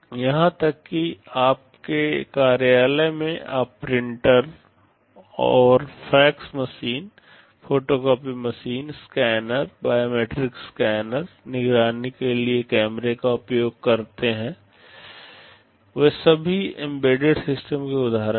यहां तक कि आपके कार्यालय में आप प्रिंटर और fax machine photocopy machine scanner biometric scanner निगरानी के लिए कैमरे का उपयोग करते हैं वे सभी एम्बेडेड सिस्टम के उदाहरण हैं